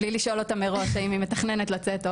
בלי לשאול אותה מראש האם היא מתכננת לצאת,